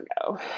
ago